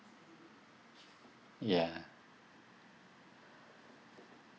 ya